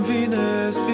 Venus